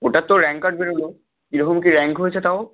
ওটার তো rank card বেরোলো কীরকম কী র্যাঙ্ক হয়েছে তাও